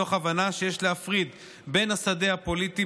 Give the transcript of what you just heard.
מתוך הבנה שיש להפריד בין השדה הפוליטי,